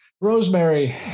rosemary